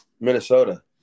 Minnesota